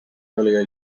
earlier